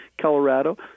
Colorado